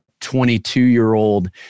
22-year-old